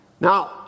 Now